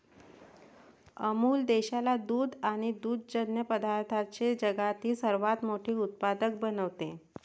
अमूल देशाला दूध आणि दुग्धजन्य पदार्थांचे जगातील सर्वात मोठे उत्पादक बनवते